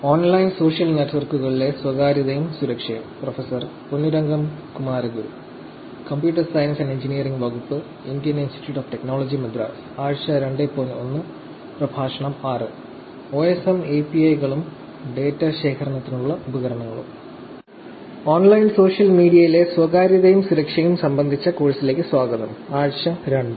online social മീഡിയയിലെ സ്വകാര്യതയും സുരക്ഷയും സംബന്ധിച്ച കോഴ്സിലേക്ക് സ്വാഗതം ആഴ്ച 2